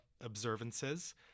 observances